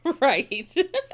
Right